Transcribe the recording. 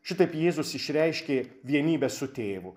šitaip jėzus išreiškė vienybę su tėvu